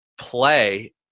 play